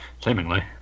Seemingly